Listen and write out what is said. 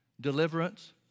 deliverance